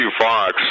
Fox